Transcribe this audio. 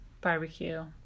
barbecue